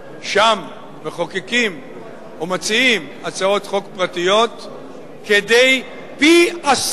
שם מחוקקים או מציעים הצעות חוק פרטיות כדי עשירית